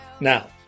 Now